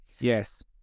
Yes